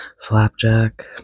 flapjack